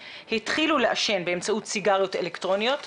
התחילו לעשן באמצעות סיגריות אלקטרוניות.